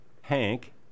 Hank